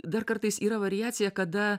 dar kartais yra variacija kada